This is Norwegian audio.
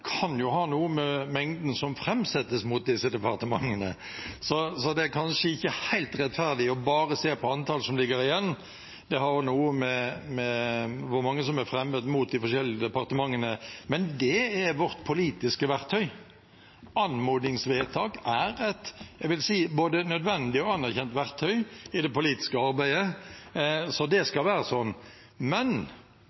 kan ha noe å gjøre med mengden som framsettes mot disse departementene. Så det er kanskje ikke helt rettferdig bare å se på antallet som ligger igjen – det har noe med hvor mange som er fremmet mot de forskjellige departementene. Men det er vårt politiske verktøy. Anmodningsvedtak er et – jeg vil si – både nødvendig og anerkjent verktøy i det politiske arbeidet, så det